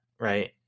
Right